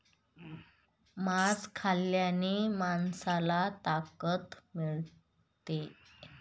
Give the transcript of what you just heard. मांस खाल्ल्याने माणसाला ताकद मिळते